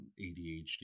adhd